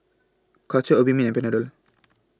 Caltrate Obimin and Panadol